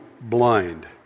blind